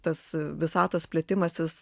tas visatos plėtimasis